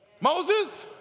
Moses